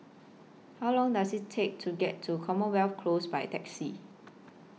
How Long Does IT Take to get to Commonwealth Close By Taxi